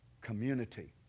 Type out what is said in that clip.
community